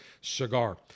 cigar